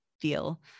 feel